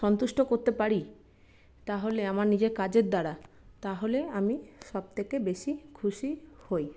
সন্তুষ্ট করতে পারি তাহলে আমার নিজের কাজের দ্বারা তাহলে আমি সব থেকে খুশি হই